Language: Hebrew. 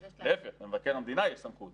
להיפך, למבקר המדינה יש סמכות.